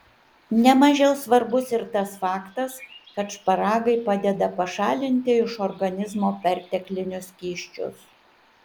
ne mažiau svarbus ir tas faktas kad šparagai padeda pašalinti iš organizmo perteklinius skysčius